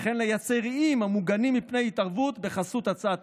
וכן לייצר איים המוגנים מפני התערבות בחסות הצעת